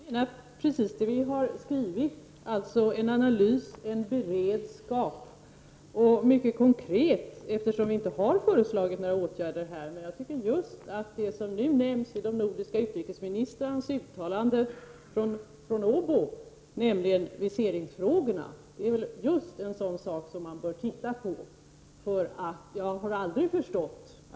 Fru talman! Vi menar precis det vi har skrivit. Vi vill ha en analys, en beredskap. Och vi menar det mycket konkret, eftersom vi inte har föreslagit några åtgärder här. Jag tycker att just det som nu nämns i de nordiska utrikesministrarnas uttalande från Åbo, nämligen viseringsfrågorna, är just så dant som man bör titta närmare på. Jag har aldrig förstått att det främjar Prot.